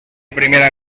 primera